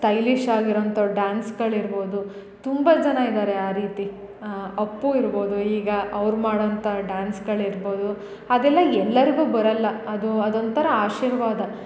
stylish ಆಗಿರೊಂತೋರು ಡಾನ್ಸ್ಗಳು ಇರ್ಬೋದು ತುಂಬ ಜನ ಇದಾರೆ ಆ ರೀತಿ ಅಪ್ಪು ಇರ್ಬೋದು ಈಗ ಅವ್ರು ಮಾಡೋ ಅಂತ ಡಾನ್ಸ್ಗಳು ಇರ್ಬೋದು ಅದೆಲ್ಲ ಎಲ್ಲರಿಗು ಬರಲ್ಲ ಅದು ಅದೊಂಥರ ಆಶೀರ್ವಾದ